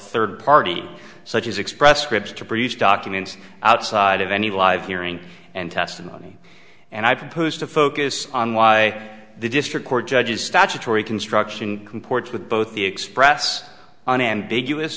third party such as express scripts to produce documents outside of any live hearing and testimony and i propose to focus on why the district court judges statutory construction comport with both the express unambiguous